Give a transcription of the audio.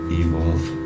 evolve